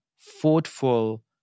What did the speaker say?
thoughtful